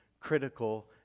critical